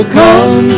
come